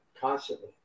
constantly